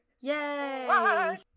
Yay